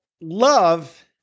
love